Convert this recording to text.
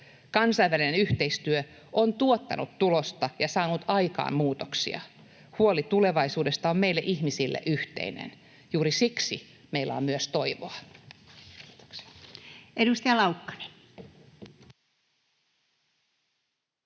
Kansainvälinen yhteistyö on tuottanut tulosta ja saanut aikaan muutoksia. Huoli tulevaisuudesta on meille ihmisille yhteinen. Juuri siksi meillä on myös toivoa.